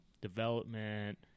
development